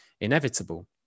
inevitable